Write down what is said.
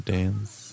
Dance